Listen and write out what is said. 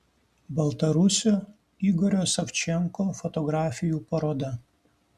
baltarusio igorio savčenko fotografijų paroda